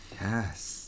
yes